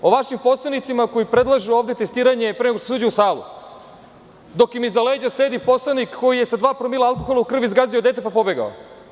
O vašim poslanicima koji predlažu ovde testiranje pre nego se uđe u salu, dok im iza leđa sedi poslanik koji je sa dva promila alkohola u krvi zgazio dete, pa pobegao.